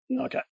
Okay